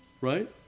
Right